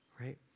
right